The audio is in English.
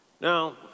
Now